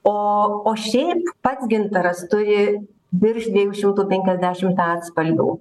o o šiaip pats gintaras turi virš dviejų šimtų penkiasdešimt atspalvių